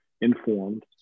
informed